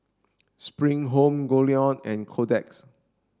Spring Home Goldlion and Kotex